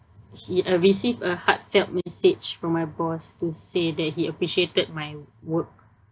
he uh received a heartfelt message from my boss to say that he appreciated my work